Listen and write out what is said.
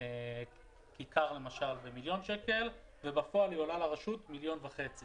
למשל כיכר במיליון שקלים ובפועל היא עולה לרשות מיליון וחצי